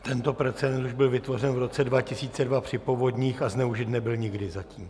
Tento precedens už byl vytvořen v roce 2002 při povodních a zneužit nebyl nikdy zatím.